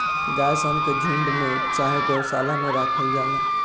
गाय सन के झुण्ड में चाहे गौशाला में राखल जाला